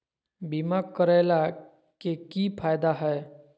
बीमा करैला के की फायदा है?